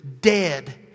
dead